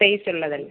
space ഉള്ളത് അല്ലെ